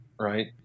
right